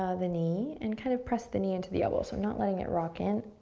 ah the knee and kind of press the knee into the elbow so i'm not letting it rock in,